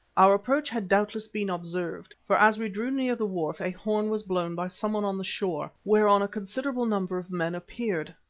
our approach had doubtless been observed, for as we drew near the wharf a horn was blown by someone on the shore, whereon a considerable number of men appeared.